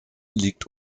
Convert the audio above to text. liegt